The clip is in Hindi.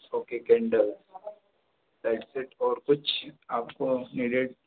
ओके कैंडल दैट्स इट और कुछ आपको इफ़ नीडेड